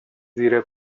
زیر